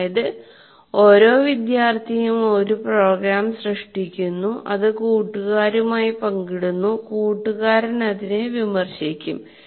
അതായത് ഓരോ വിദ്യാർത്ഥിയും ഒരു പ്രോഗ്രാം സൃഷ്ടിക്കുന്നു അത് കൂട്ടുകാരുമായി പങ്കിടുന്നുകൂട്ടുകാരൻ അതിനെ വിമർശിക്കും